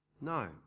No